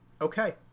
okay